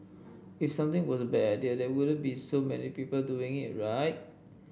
if something was bad idea there wouldn't be so many people doing it right